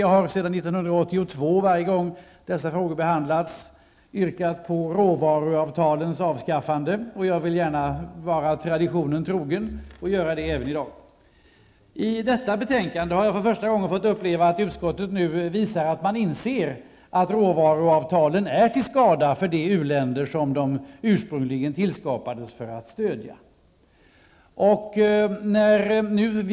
Jag har sedan 1982 varje gång dessa frågor behandlats yrkat på råvaruavtalens avskaffande. Jag vill gärna vara traditionen trogen och gör så även i dag. I detta betänkande visar utskottet för första gången att man inser att råvaruavtalen är till skada för de u-länder som avtalen ursprungligen tillskapades för att stödja.